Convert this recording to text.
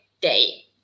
day